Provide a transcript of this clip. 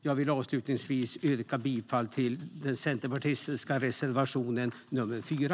Jag vill avslutningsvis yrka bifall till den centerpartistiska reservationen nr 4.